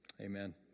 Amen